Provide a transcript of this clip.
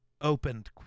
opened